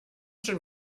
schon